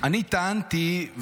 אני טענתי,